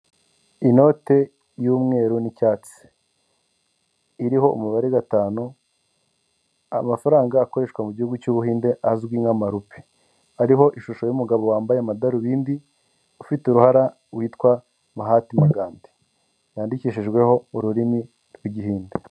Inote y'umweru n'icyatsi, iriho umubare gatanu, amafaranga akoreshwa mu Gihugu cy'Ubuhinde azwi nk'amarupe, ariho ishusho y'umugabo wambaye amadarubindi ufite uruhara witwa Mahati Megande yandikishijweho ururimi rw'Igihinde.